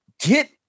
Get